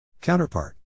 counterpart